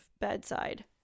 bedside